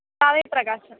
काव्यप्रकाशः